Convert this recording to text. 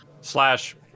Slash